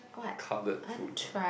cutlet food lah